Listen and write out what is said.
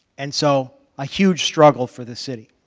and so a huge struggle for the city.